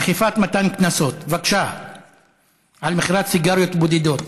אכיפת מתן קנסות על מכירת סיגריות בודדות.